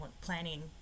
planning